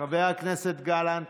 חבר הכנסת גלנט,